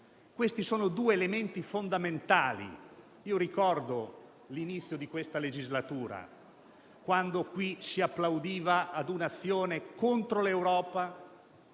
Questi sono due elementi fondamentali. Ricordo l'inizio di questa legislatura, quando qui si applaudiva ad un'azione contro l'Europa